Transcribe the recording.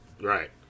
Right